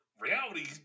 reality